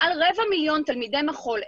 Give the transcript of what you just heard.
מעל רבע מיליון תלמידי מחול,